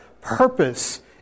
purpose